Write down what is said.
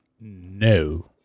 No